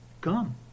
come